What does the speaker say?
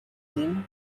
mean